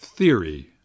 Theory